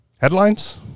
Headlines